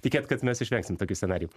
tikėt kad mes išvengsim tokių scenarijų